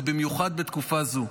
ובמיוחד בתקופה זו.